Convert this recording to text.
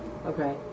Okay